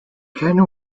ken